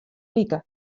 like